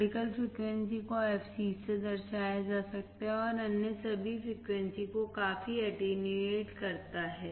critical frequency को fc से दर्शाया जा सकता हैc और अन्य सभी फ्रिक्वेंसी को काफी अटैंयुएट करता है